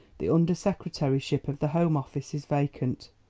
the under secretaryship of the home office is vacant.